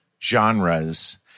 genres